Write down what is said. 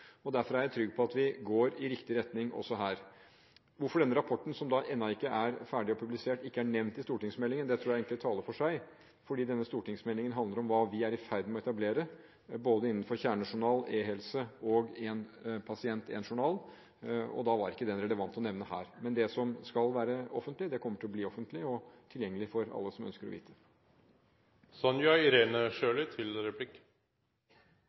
området. Derfor er jeg trygg på at vi går i riktig retning, også her. Hvorfor denne rapporten, som ennå ikke er ferdig og publisert, ikke er nevnt i stortingsmeldingen, tror jeg egentlig taler for seg: Denne stortingsmeldingen handler om hva vi er i ferd med å etablere, både innenfor kjernejournal, e-helse og når det gjelder én pasient – én journal. Derfor var den ikke relevant å nevne her. Men det som skal være offentlig, kommer til å bli offentlig og tilgjengelig for alle som ønsker å vite